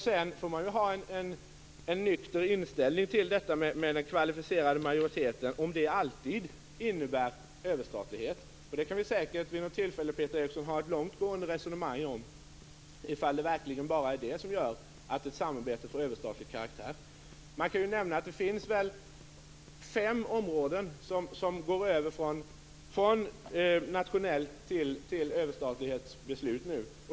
Sedan får man ha en nykter inställning till frågan om den kvalificerade majoriteten, om den alltid innebär överstatlighet. Det kan vi vid något tillfälle säkert ha ett långt gående resonemang om, Peter Eriksson, om det verkligen är bara det som gör att ett samarbete får överstatlig karaktär. Man kan nämna att det finns fem områden där man övergår från nationella beslut till överstatliga beslut.